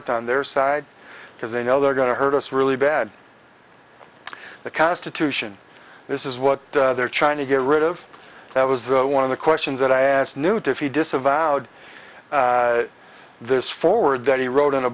it on their side because they know they're going to hurt us really bad the constitution this is what they're trying to get rid of that was one of the questions that i asked newt if he disavowed this forward that he wrote in a